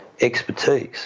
expertise